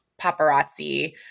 paparazzi –